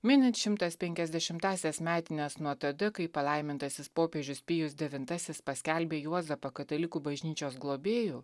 minint šimtas penkiasdešimtąsias metines nuo tada kai palaimintasis popiežius pijus devintasis paskelbė juozapą katalikų bažnyčios globėju